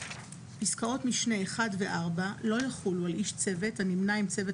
פסקאות משנה (1) ו-(4) לא יחולו על איש צוות הנמנה עם צוות